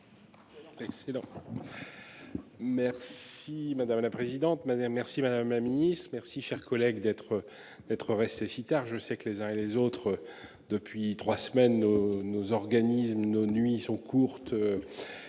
Oui madame la présidente, madame, merci madame mamie. Merci cher collègue d'être. D'être resté si tard. Je sais que les uns et les autres. Depuis trois semaines, nos organismes nos nuits sont courtes.